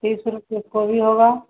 तीस रुपये कोबी होगी